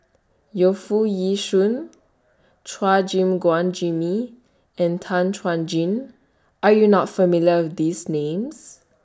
Yu Foo Yee Shoon Chua Gim Guan Jimmy and Tan Chuan Jin Are YOU not familiar with These Names